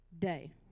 day